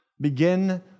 Begin